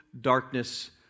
darkness